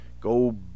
Go